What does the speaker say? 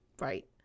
Right